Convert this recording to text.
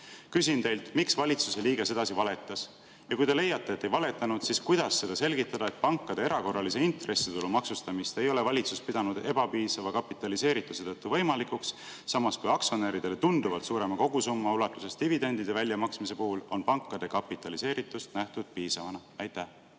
Küsin teilt: miks valitsuse liige sedasi valetas? Kui te leiate, et ei valetanud, siis kuidas seda selgitada, et pankade erakorralise intressitulu maksustamist ei ole valitsus pidanud ebapiisava kapitaliseerituse tõttu võimalikuks, samas kui aktsionäridele tunduvalt suurema kogusumma ulatuses dividendide väljamaksmise puhul on pankade kapitaliseeritust nähtud piisavana? Aitäh!